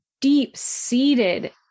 deep-seated